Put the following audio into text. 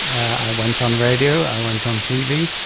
i went on radio, i went on tv,